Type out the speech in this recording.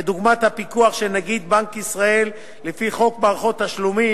כדוגמת הפיקוח של נגיד בנק ישראל לפי חוק מערכות תשלומים,